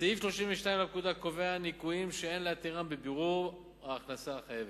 סעיף 32 לפקודה קובע ניכויים שאין להתירם בבירור ההכנסה החייבת.